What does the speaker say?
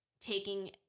taking